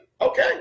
Okay